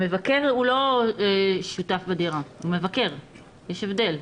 מבקר הוא לא שותף בדירה, הוא מבקר, יש הבדל.